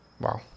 Wow